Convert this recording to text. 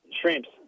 Shrimps